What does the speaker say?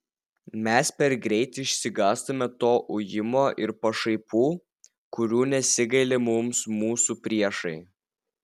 mes per greit išsigąstame to ujimo ir pašaipų kurių nesigaili mums mūsų priešai